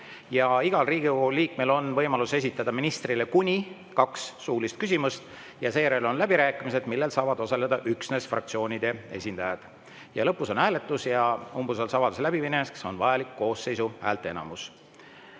Igal Riigikogu liikmel on võimalus esitada ministrile kuni kaks suulist küsimust. Seejärel on läbirääkimised, millel saavad osaleda üksnes fraktsioonide esindajad. Lõpuks on hääletus ja umbusaldusavalduse läbiminekuks on vajalik koosseisu häälteenamus.